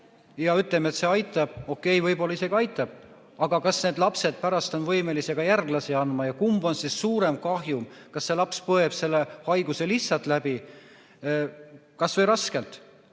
ja ütleme, et see aitab – okei, võib-olla isegi aitab –, aga ma ei tea, kas need lapsed pärast on võimelised ka järglasi andma. Ja kumb on siis suurem kahju – kas see, et laps põeb selle haiguse lihtsalt läbi, kas või raskelt,